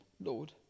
Lord